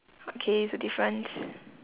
okay it's a difference